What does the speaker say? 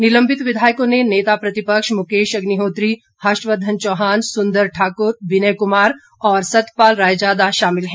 निलंबित विधायकों में नेता प्रतिपक्ष मुकेश अग्निहोत्री हर्षवर्धन चौहान सुंदर ठाकुर विनय कुमार और सतपाल रायजादा शामिल हैं